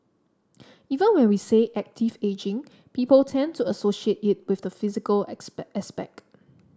even when we say active ageing people tend to associate it with the physical aspect